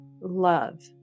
Love